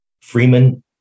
Freeman